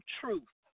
truth